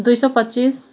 दुई सय पच्चिस